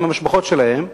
עם המשפחות שלהם.